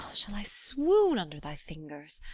shall i swoon under thy fingers?